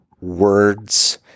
words